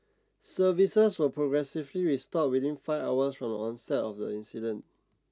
services were progressively restored within five hours from the onset of the incident